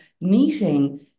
meeting